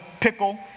pickle